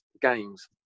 games